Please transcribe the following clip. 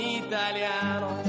italiano